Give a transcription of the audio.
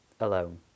alone